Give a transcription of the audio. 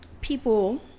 people